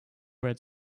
red